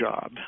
job